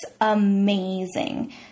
amazing